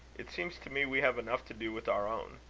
it seems to me we have enough to do with our own.